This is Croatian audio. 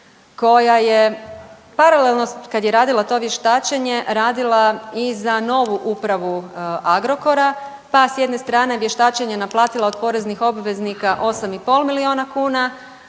koja je paralelno kada je radila to vještačenje radila i za novu upravu Agrokora, pa s jedne strane vještačenje naplatila od poreznih obveznika 8,5 milijuna kuna,